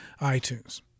iTunes